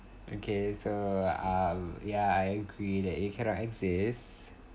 okay so um yeah I agree that it cannot exist